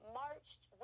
marched